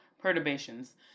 perturbations